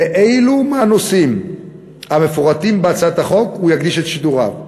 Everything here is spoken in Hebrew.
לאילו נושא מהנושאים המפורטים בהצעת החוק הוא יקדיש את שידוריו,